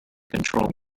control